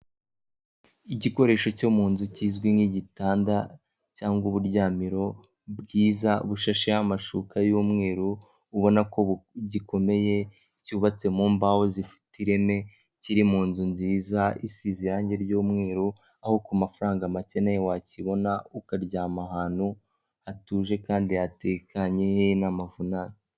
Igikoresho cyo mu nzu kizwi nk'igitanda cyangwa uburyamiro bwiza bushasheho amashuka y'umweru, ubona ko gikomeye, cyubatse mu mbaho zifite ireme, kiri mu nzu nziza isize irangi ry'umweru, aho ku mafaranga macye nawe wakibona ukaryama ahantu hatuje kandi hatekanye ntamavunane.